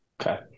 Okay